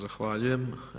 Zahvaljujem.